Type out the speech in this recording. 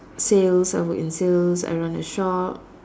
sales I work in sales I run a shop